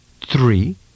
Three